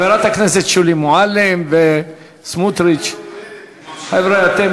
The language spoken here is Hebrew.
חברי הכנסת שולי מועלם וסמוטריץ, היה לה יום